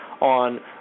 on